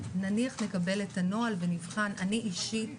נניח נקבל את הנוהל ונבחן, אני אישית